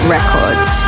Records